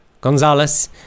Gonzalez